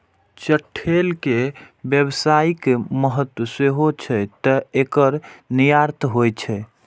चठैल के व्यावसायिक महत्व सेहो छै, तें एकर निर्यात होइ छै